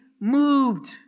moved